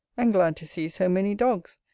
and glad to see so many dogs,